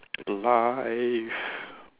life